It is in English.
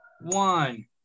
one